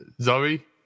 Zoe